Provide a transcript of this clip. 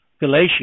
Galatia